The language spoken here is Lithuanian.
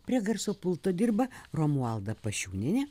prie garso pulto dirba romualda pašiūnienė